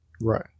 Right